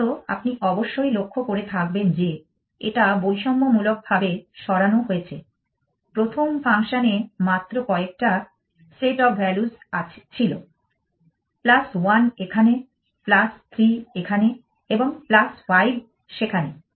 প্রথমত আপনি অবশ্যই লক্ষ্য করে থাকবেন যে এটা বৈষম্যমূলকভাবে সরানো হয়েছে প্রথম ফাংশন এ মাত্র কয়েকটা সেট অফ ভ্যালুস ছিল 1 এখানে 3 এখানে এবং 5 সেখানে